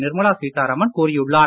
நிர்மலா சீதாராமன் கூறியுள்ளார்